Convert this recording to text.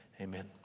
Amen